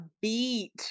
beat